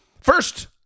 First